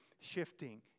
Shifting